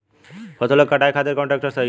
फसलों के कटाई खातिर कौन ट्रैक्टर सही ह?